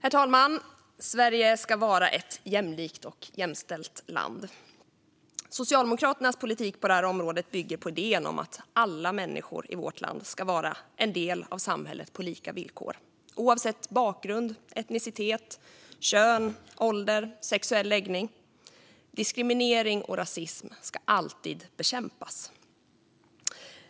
Herr talman! Sverige ska vara ett jämlikt och jämställt land. Socialdemokraternas politik på det här området bygger på idén om att alla människor i vårt land ska vara en del av samhället på lika villkor - oavsett bakgrund, etnicitet, kön, ålder och sexuell läggning. Diskriminering och rasism ska alltid bekämpas.